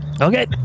Okay